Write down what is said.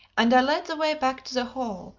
and i led the way back to the hall,